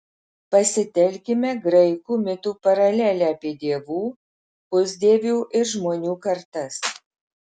pasitelkime graikų mitų paralelę apie dievų pusdievių ir žmonių kartas